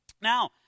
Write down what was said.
Now